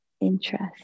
interest